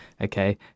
Okay